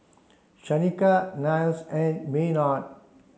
Shanika Niles and Maynard